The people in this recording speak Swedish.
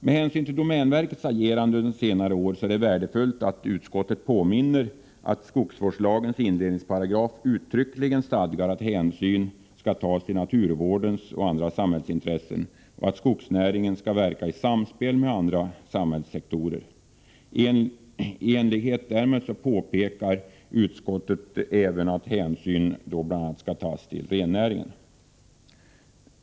Med hänsyn till domänverkets agerande under senare år är det värdefullt att utskottet påminner om att det i skogsvårdslagens inledningsparagraf uttryckligen stadgas att hänsyn skall tas till naturvårdsintressen och andra samhällsintressen och att skogsnäringen skall verka i samspel med andra samhällssektorer. I enlighet härmed skall, påpekar utskottet, hänsyn tas till bl.a. rennäringen.